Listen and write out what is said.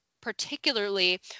particularly